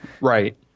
Right